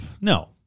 No